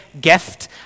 gift